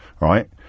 right